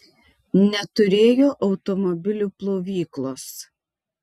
neturėjo automobilių plovyklos